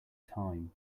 time